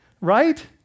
right